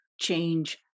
change